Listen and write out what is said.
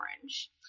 Orange